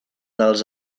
dels